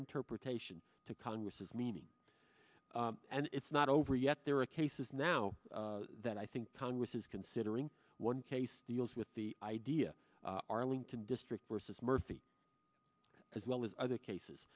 interpretation to congress meaning and it's not over yet there are cases now that i think congress is considering one case deals with the idea arlington district versus murphy as well as other cases